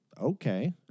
Okay